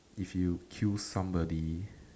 if you kill somebody